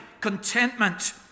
contentment